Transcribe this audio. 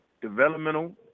developmental